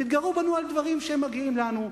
תתגרו בנו על דברים שמגיעים לנו,